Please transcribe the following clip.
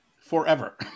forever